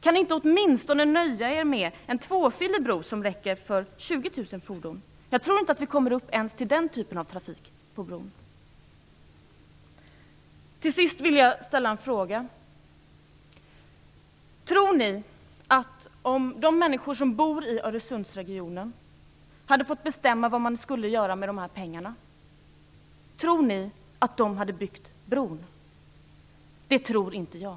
Kan ni åtminstone inte nöja er med en tvåfilig bro som räcker för 2 000 fordon? Jag tror inte att vi kommer upp till ens den trafikmängden på bron. Till sist vill jag ställa en fråga: Tror ni att de människor som bor i Öresundsregionen hade byggt bron om de hade fått bestämma vad man skulle göra med pengarna? Det tror inte jag.